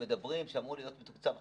כשאומרים שהוא אמור להיות מתוקצב ב-55%,